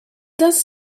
does